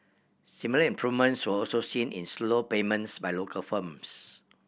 similar improvements were also seen in slow payments by local firms